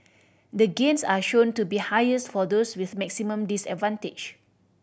the gains are shown to be highest for those with maximum disadvantage